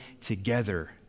together